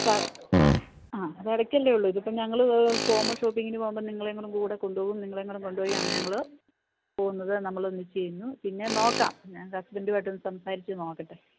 ആ അത് ഇടയ്ക്കല്ലെയുള്ളൂ ഇതിപ്പം ഞങ്ങള് പോകുമ്പോള് ഷോപ്പിങ്ങിനു പോകുമ്പോള് നിങ്ങളെയും കൂടെ കൂടെകൊണ്ടുപോകും നിങ്ങളെയും കൂടെ കൊണ്ടുപോയാണ് ഞങ്ങള് പോകുന്നത് നമ്മള് ഒന്നിച്ചു ചെയ്യുന്നു പിന്നെ നോക്കാം ഞാൻ എൻ്റെ ഹസ്ബൻഡുമായിട്ടൊന്ന് സംസാരിച്ചുനോക്കട്ടെ